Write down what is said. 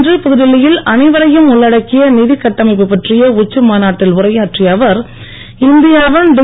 இன்று புதுடில்லியில் அனைவரையும் உள்ளடக்கிய நிதிக் கட்டமைப்பு பற்றிய உச்சி மாநாட்டில் உரையாற்றிய அவர் இந்தியாவின் டி